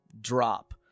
drop